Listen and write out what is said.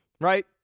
right